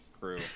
crew